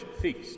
feast